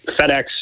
FedEx